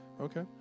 Okay